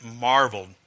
marveled